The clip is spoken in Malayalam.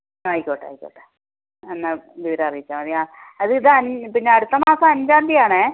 ആയിക്കോട്ടെ ആയിക്കോട്ടെ എന്നാൽ വിവരം അറിയിച്ചാൽ മതി അത് ഇത് പിന്നെ അടുത്ത മാസം അഞ്ചാം തീയ്യതി ആണേ